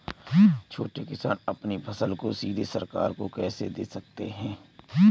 छोटे किसान अपनी फसल को सीधे सरकार को कैसे दे सकते हैं?